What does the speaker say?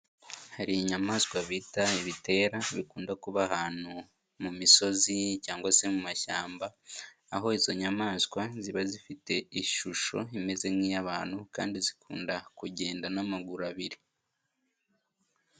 Hari inyamaswa bita ibitera, bikunda kuba ahantu mu misozi cyangwa se mu mashyamba, aho izo nyamaswa ziba zifite ishusho imeze nk'iy'abantu kandi zikunda kugenda n'amaguru abiri.